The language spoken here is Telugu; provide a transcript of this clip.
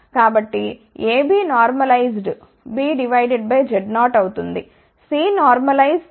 కాబట్టి A B normalised B Z0 అవుతుంది C normalise C X Z0 D అవుతుంది